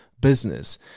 business